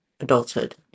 adulthood